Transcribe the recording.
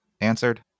answered